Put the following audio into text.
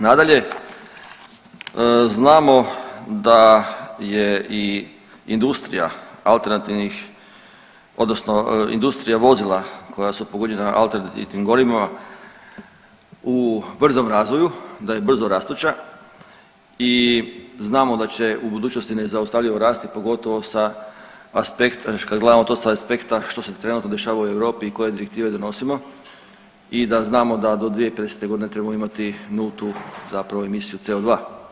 Nadalje, znamo da je i industrija alternativnih odnosno industrija vozila koja su pogonjena alternativnim gorivima u brzom razvoju, da je brzorastuća i znamo da će u budućnosti nezaustavljivo rasti pogotovo sa aspekta, kad gledamo to sa aspekta što se trenutno dešava u Europi i koje direktive donosimo i da znamo da do 2050.g. trebamo imati nultu zapravo emisiju CO2.